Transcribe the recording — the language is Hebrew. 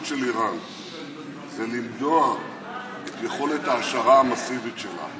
של איראן ולמנוע את יכולת ההעשרה המסיבית שלה,